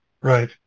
Right